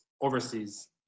overseas